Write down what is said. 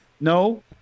No